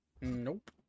Nope